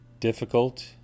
Difficult